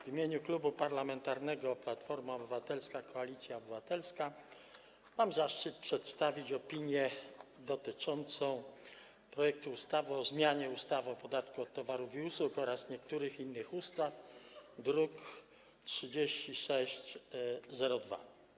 W imieniu Klubu Parlamentarnego Platforma Obywatelska - Koalicja Obywatelska mam zaszczyt przedstawić opinię dotyczącą projektu ustawy o zmianie ustawy o podatku od towarów i usług oraz niektórych innych ustaw, druk nr 3602.